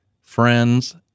friends